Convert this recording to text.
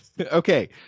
Okay